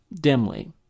dimly